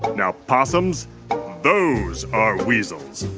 now, possums those are weasels.